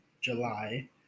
July